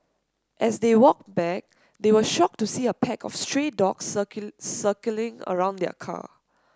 as they walked back they were shocked to see a pack of stray dogs circling around their car